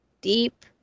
deep